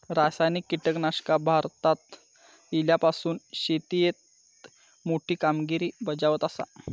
रासायनिक कीटकनाशका भारतात इल्यापासून शेतीएत मोठी कामगिरी बजावत आसा